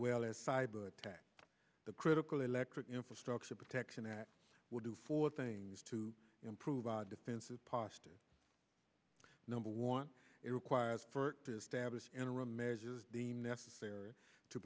well as cyber attack the critical electric infrastructure protection act will do four things to improve our defensive posture number one it requires first establish interim measures deemed necessary to